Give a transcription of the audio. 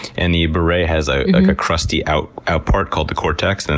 and the beret has a crusty outer ah part called the cortex, and